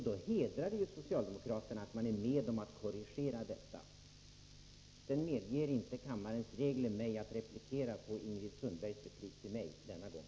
Då hedrar det ju socialdemokraterna att man är med om att korrigera detta. Sedan medger inte kammarens regler mig att replikera på Ingrid Sundbergs replik till mig denna gång.